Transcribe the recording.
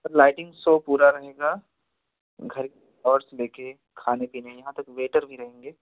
sir lighting सो पूरा रहेगा घर और देखिए खाने पीने यहाँ तक वेटर भी रहेंगे